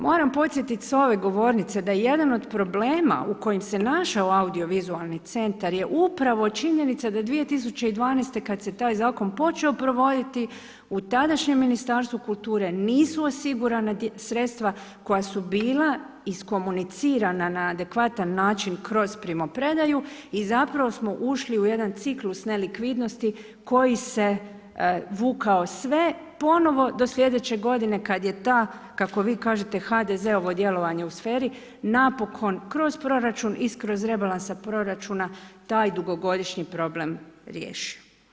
Moram podsjetit s ove govornice da je jedan od problema u kojim se našao audiovizualni centar je upravo činjenica da 2012. kad se taj zakon počeo provoditi, u tadašnjem Ministarstvu kulture nisu osigurana sredstva koja su bila iskomunicirana na adekvatan način kroz primopredaju i zapravo smo ušli u jedan ciklus nelikvidnosti koji se vukao sve ponovo do sljedeće godine kad je ta, kako vi kažete HDZ-ovo djelovanje u sferi, napokon kroz proračun i kroz rebalansa proračuna taj dugogodišnji problem riješio.